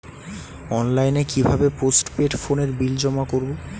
অনলাইনে কি ভাবে পোস্টপেড ফোনের বিল জমা করব?